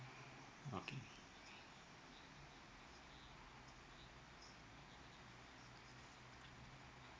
okay